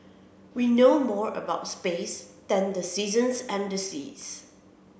we know more about space than the seasons and the seas